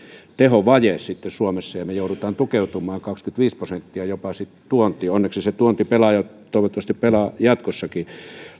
tehon vaje suomessa ja me joudumme tukeutumaan jopa kaksikymmentäviisi prosenttia tuontiin onneksi se tuonti pelaa ja toivottavasti pelaa jatkossakin